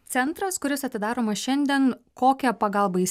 centras kuris atidaromas šiandien kokią pagalbą jis